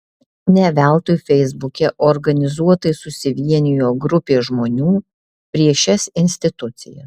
ne veltui feisbuke organizuotai susivienijo grupė žmonių prieš šias institucijas